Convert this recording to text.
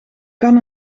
kan